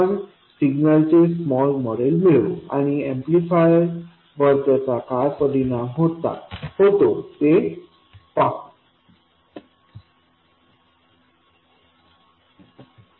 आपण सिग्नलचे small model मिळवू आणि ऍम्प्लिफायरवर त्याचा काय परिणाम होतो ते पाहू